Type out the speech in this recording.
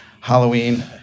Halloween